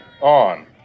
on